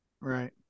Right